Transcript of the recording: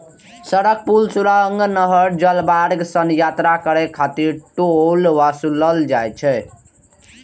सड़क, पुल, सुरंग, नहर, जलमार्ग सं यात्रा करै खातिर टोल ओसूलल जाइ छै